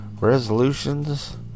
resolutions